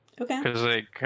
Okay